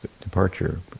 departure